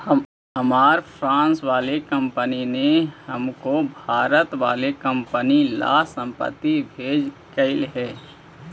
हमार फ्रांस वाली कंपनी ने हमको भारत वाली कंपनी ला संपत्ति भेजकई हे